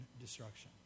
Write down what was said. destruction